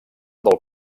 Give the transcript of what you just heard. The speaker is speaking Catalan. del